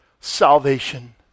salvation